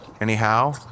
Anyhow